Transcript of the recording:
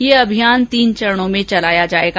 यह अभियान तीन चरणों में चलाया जायेगा